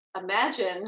imagine